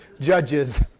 Judges